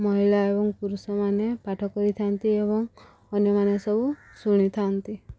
ମହିଳା ଏବଂ ପୁରୁଷ ମାନେ ପାଠ କରିଥାନ୍ତି ଏବଂ ଅନ୍ୟମାନେ ସବୁ ଶୁଣିଥାନ୍ତି